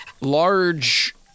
large